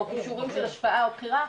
או כישורים של השפעה או בחירה,